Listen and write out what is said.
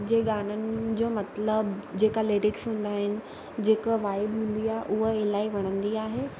जे गाननि जो मतलबु जेका लिरिक्स हूंदा आहिनि जेका वाइब हूंदी आहे उहो इलाही वणंदी आहे